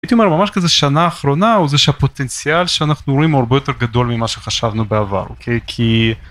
הייתי אומר ממש כזה שנה האחרונה הוא זה שהפוטנציאל שאנחנו רואים הוא הרבה יותר גדול ממה שחשבנו בעבר. אוקיי כי